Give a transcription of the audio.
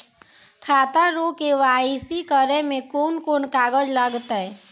खाता रो के.वाइ.सी करै मे कोन कोन कागज लागतै?